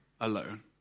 Alone